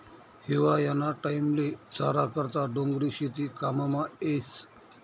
हिवायाना टाईमले चारा करता डोंगरी शेती काममा येस